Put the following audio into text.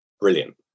brilliant